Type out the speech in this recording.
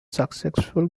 successful